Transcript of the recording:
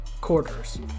quarters